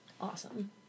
awesome